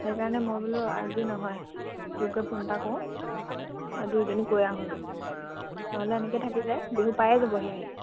সেইকাৰণে মই বোলো আজি নহয় তোকে ফোন এটা কৰোঁ আৰু দুয়োজনী গৈ আহোগে নহ'লে এনেকে থাকি যায় বিহু পায়ে যাবহি আহি